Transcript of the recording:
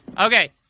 Okay